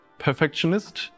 perfectionist